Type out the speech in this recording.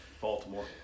Baltimore